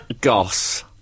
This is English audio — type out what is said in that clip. Goss